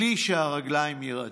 בלי שהרגליים ירעדו.